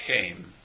came